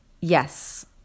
yes